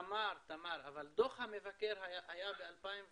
אוקיי, תמר, אבל דוח המבקר היה ב-2016,